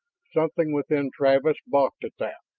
something within travis balked at that.